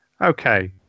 okay